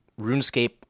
RuneScape